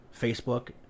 Facebook